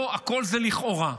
פה הכול זה לכאורה,